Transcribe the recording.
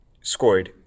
scored